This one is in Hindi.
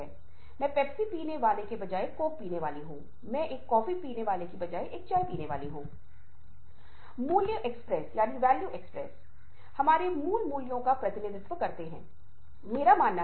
इसलिए जब मैं किसी चीज पर ध्यान केंद्रित करता हूं तो मैं दूसरी चीज पर ध्यान केंद्रित करने की स्थिति में नहीं होता हूं जब आप मेरी आवाज़ पर ध्यान दे रहे होते हैं जब आप मुझे सुन रहे होते हैं तो आप उन परिवेश ध्वनियों पर ध्यान केंद्रित नहीं कर पाते हैं जो मुझे घेर लेती हैं